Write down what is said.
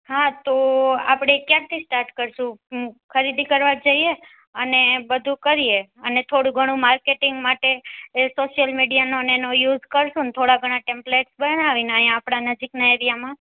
હા તો આપણે ક્યારથી સ્ટાર્ટ કરશું ખરીદી કરવા જઈએ અને બધું કરીએ અને થોડુ ઘણું માર્કેટિંગ માટે એ સોશિયલ મિડેયાનો એનો યુઝ કરશું થોડાં ઘણાં પેમ્ફલેટ બનાવીને અહીં આપણા નજીકના એરિયામાં